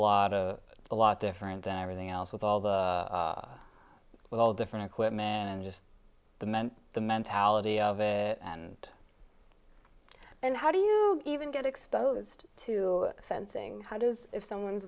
of a lot different than everything else with all the with all different equipment and just the men the mentality of it and then how do you even get exposed to sensing how does if someone's